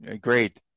Great